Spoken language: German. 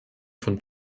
von